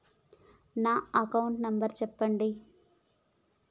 నా account number చెప్పండి?